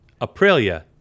Aprilia